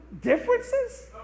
differences